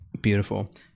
beautiful